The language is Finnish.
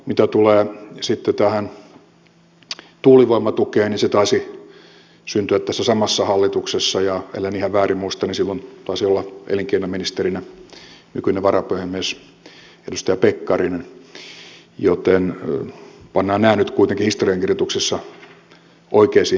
mitä tulee sitten tuulivoimatukeen niin se taisi syntyä tässä samassa hallituksessa ja ellen ihan väärin muista silloin taisi olla elinkeinoministerinä nykyinen varapuhemies edustaja pekkarinen joten pannaan nämä nyt kuitenkin historiankirjoituksessa oikeisiin taseisiin